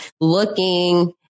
looking